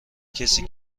کسی